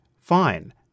fine